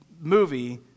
movie